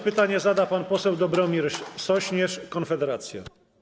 Pytanie zada pan poseł Dobromir Sośnierz, Konfederacja.